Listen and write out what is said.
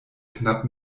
knapp